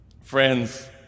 Friends